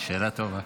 שאלה טובה.